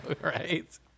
right